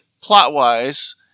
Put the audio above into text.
plot-wise